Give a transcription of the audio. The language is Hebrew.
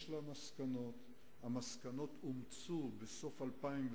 יש לה מסקנות, המסקנות אומצו בסוף 2008,